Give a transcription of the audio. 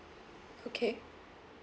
okay